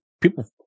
people